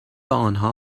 آنها